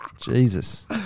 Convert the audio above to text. Jesus